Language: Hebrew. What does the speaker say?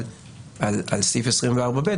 על סעיף 24(ב),